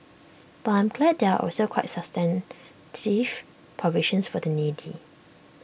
but I am glad there are also quite substantive provisions for the needy